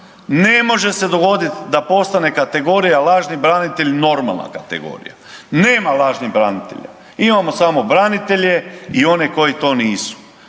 Ne može se dogodit da postane kategorija lažni branitelj normalna kategorija. Nema lažnih branitelja. Imamo samo branitelje i one koji to nisu